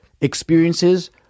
experiences